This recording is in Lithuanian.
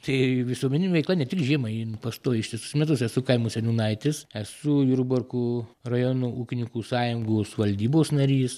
tai visuomeninė veikla ne tik žiemą jin pastoviai ištisus metus esu kaimo seniūnaitis esu jurbarko rajono ūkininkų sąjungos valdybos narys